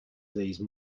these